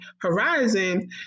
horizon